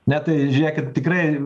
ne tai žiūrėkit tikrai